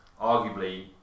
arguably